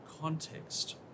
context